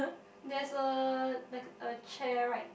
there is a like a chair right